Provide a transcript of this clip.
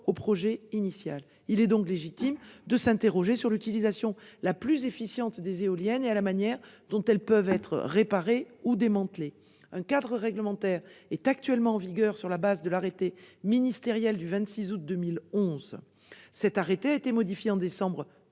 au projet initial ». Il est donc légitime de s'interroger sur l'utilisation la plus efficiente possible des éoliennes et sur la manière dont elles peuvent être réparées ou démantelées. Le cadre réglementaire actuellement en vigueur se fonde sur l'arrêté ministériel du 26 août 2011, qui a été modifié le 10 décembre 2021